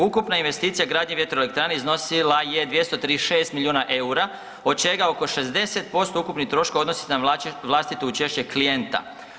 Ukupna investicija gradnje vjetroelektrane iznosila je 236 miliona EUR-a od čega oko 60% ukupnih troškova odnosi se na vlastito učešće klijenta.